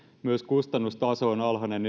myös kustannustaso on alhainen